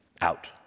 Out